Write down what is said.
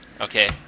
okay